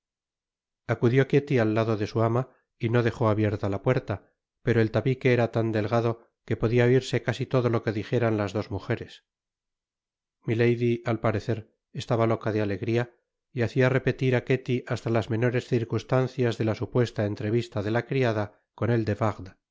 acudió ketty al lado de su ama y no dejó abierta la puerta pero el tabique era tan delgado que podia oirse casi todo lo que dijeran las dos mujeres milady al parecer estaba loca de alegria y hacia repetir á ketty hasta las menores circunstancias de la supuesta entrevista de la criada con el de war